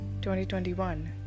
2021